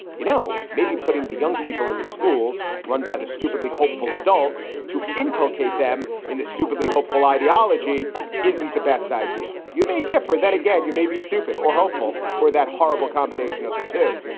you know maybe putting the young people in the schools run by the stupidly hopeful adults to inculcate them in the stupidly hopeful ideology isn't the best idea. you may differ that, again, you may be stupid or hopeful or that horrible combination of the two.